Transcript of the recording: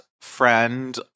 friend